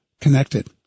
connected